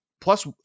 plus